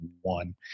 one